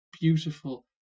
beautiful